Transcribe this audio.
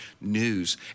news